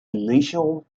initial